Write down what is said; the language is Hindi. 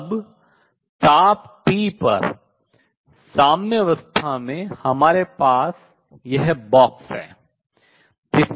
अब ताप T पर साम्यावस्था में इसलिए हमारे पास यह बॉक्स है